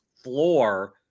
floor